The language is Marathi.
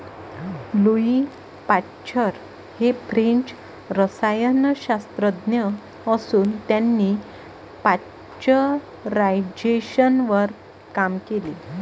लुई पाश्चर हे फ्रेंच रसायनशास्त्रज्ञ असून त्यांनी पाश्चरायझेशनवर काम केले